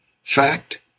Fact